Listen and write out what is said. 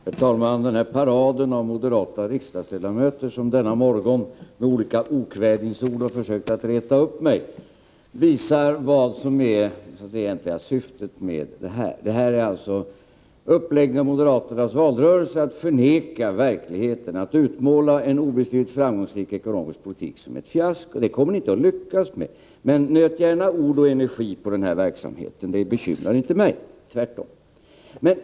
Herr talman! Den här paraden av moderata riksdagsledamöter som denna morgon med olika okvädingsord har försökt att reta upp mig visar vad som är det egentliga syftet med det hela. Det är fråga om moderaternas uppläggning av valrörelsen — det gäller således att förneka verkligheten, att utmåla en obestridligt framgångsrik ekonomisk politik som ett fiasko. Det kommer ni inte att lyckas med. Men nöt gärna ord och energi på den här verksamheten. Det bekymrar inte mig, tvärtom.